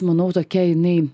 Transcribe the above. manau tokia jinai